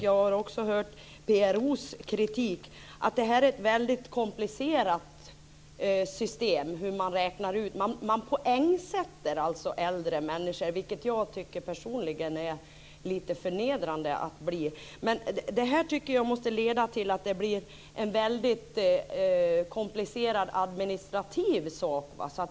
Jag har också hört PRO:s kritik. Jag tycker att det här är ett väldigt komplicerat system. Man poängsätter alltså äldre människor, vilket jag personligen tycker är lite förnedrande. Jag tycker att det här måste leda till att det blir en väldigt komplicerad administrativ sak.